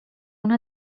una